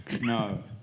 No